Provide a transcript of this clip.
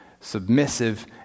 submissive